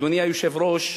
אדוני היושב-ראש,